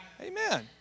Amen